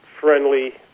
friendly